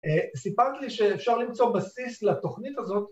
‫סיפרת לי שאפשר למצוא ‫בסיס לתוכנית הזאת.